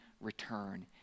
return